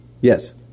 Yes